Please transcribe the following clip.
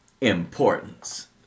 Importance